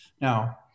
Now